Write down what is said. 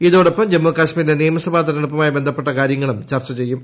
ഇതോടൊപ്പം ജമ്മുകാശ്മീരിലെ നിയമസഭാ തെരഞ്ഞെടുപ്പുമായി ബന്ധപ്പെട്ട കാര്യങ്ങളും ചർച്ച ചെയ്യും